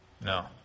No